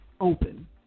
open